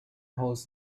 holds